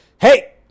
Hey